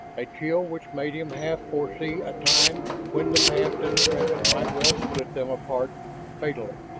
a chill which made him half foresee a time when the past and present might well split them apart fatally.